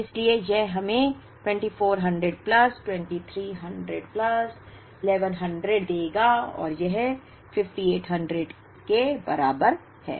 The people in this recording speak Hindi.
इसलिए यह हमें 2400 प्लस 2300 प्लस 1100 देगा और यह 5800 के बराबर है